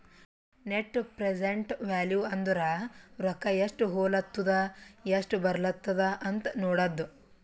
net present value ಅಂದುರ್ ರೊಕ್ಕಾ ಎಸ್ಟ್ ಹೊಲತ್ತುದ ಎಸ್ಟ್ ಬರ್ಲತ್ತದ ಅಂತ್ ನೋಡದ್ದ